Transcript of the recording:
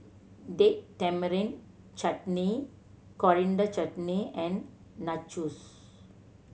Date Tamarind Chutney Coriander Chutney and Nachos